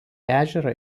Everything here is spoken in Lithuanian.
ežerą